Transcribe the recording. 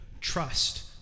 trust